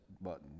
button